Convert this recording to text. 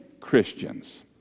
Christians